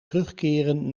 terugkeren